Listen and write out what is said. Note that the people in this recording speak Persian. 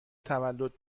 تولد